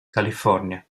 california